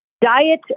Diet